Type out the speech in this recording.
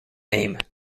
name